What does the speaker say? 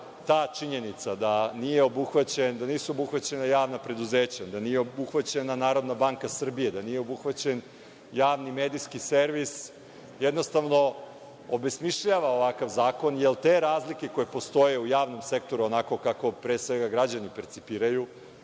ta činjenica da nisu obuhvaćana javna preduzeća, da nije obuhvaćena NBS, da nije obuhvaćen Javni medijski servis, jednostavno obesmišljava ovakav zakon, jer te razlike koje postoje u javnom sektoru onako kako pre svega građani percipiraju,